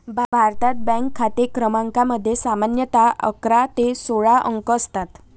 भारतात, बँक खाते क्रमांकामध्ये सामान्यतः अकरा ते सोळा अंक असतात